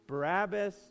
Barabbas